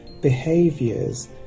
behaviors